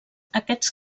aquests